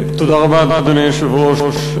תודה רבה, אדוני היושב-ראש.